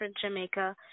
Jamaica